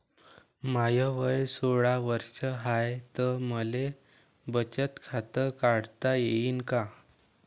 माय वय सोळा वर्ष हाय त मले बचत खात काढता येईन का?